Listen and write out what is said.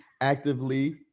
actively